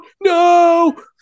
No